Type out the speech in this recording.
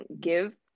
give